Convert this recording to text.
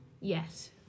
Yes